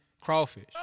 crawfish